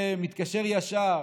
זה מתקשר ישר